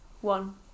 one